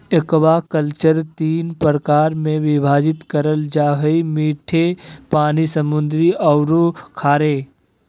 aquaculture तीन प्रकार में विभाजित करल जा हइ मीठे पानी, समुद्री औरो खारे